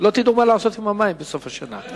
לעשות עם המים בסוף השנה.